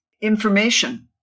information